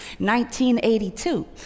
1982